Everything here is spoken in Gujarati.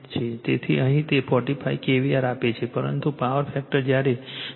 તેથી અહીં તે 45 kVAr આપે છે પરંતુ પાવર ફેક્ટર જ્યારે 0